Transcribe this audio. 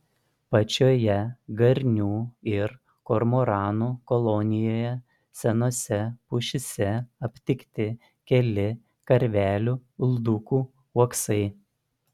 pačioje garnių ir kormoranų kolonijoje senose pušyse aptikti keli karvelių uldukų uoksai